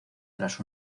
tras